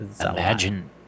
imagine